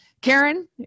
Karen